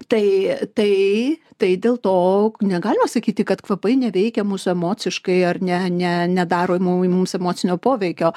tai tai tai dėl to negalima sakyti kad kvapai neveikia mūsų emociškai ar ne ne nedaro mum mums emocinio poveikio